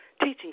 Teaching